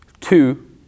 two